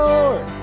Lord